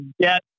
get